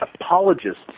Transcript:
apologists